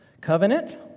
Covenant